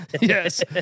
yes